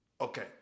Okay